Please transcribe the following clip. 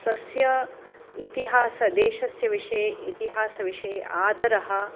स्वस्य इतिहासदेशस्य विषये इतिहासविषये आदरः